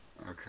okay